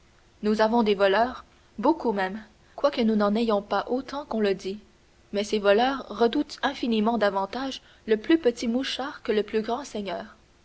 nous avons des voleurs beaucoup même quoique nous n'en ayons pas autant qu'on le dit mais ces voleurs redoutent infiniment davantage le plus petit mouchard que le plus grand seigneur